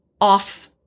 off